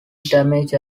damage